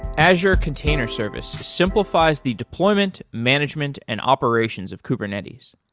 azure container service simplifies the deployment, management and operations of kubernetes.